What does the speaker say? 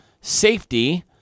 safety